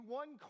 one